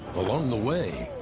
along the way,